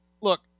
look